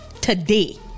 today